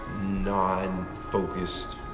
non-focused